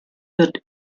wird